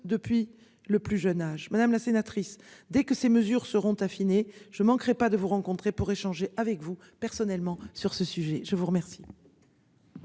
depuis le plus jeune âge, madame la sénatrice dès que ces mesures seront affinées. Je ne manquerai pas de vous rencontrer pour échanger avec vous personnellement sur ce sujet, je vous remercie.